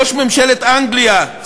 ראש ממשלת אנגליה,